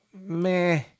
meh